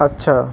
আচ্ছা